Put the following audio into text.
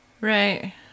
right